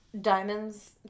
diamonds